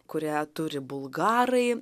kurią turi bulgarai